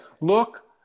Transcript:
look